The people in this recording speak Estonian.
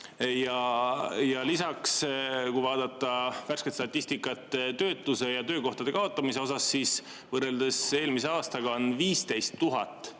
Lisaks, kui vaadata värsket statistikat töötuse ja töökohtade kaotamise kohta, siis näeme, et võrreldes eelmise aastaga on 15 000